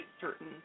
certain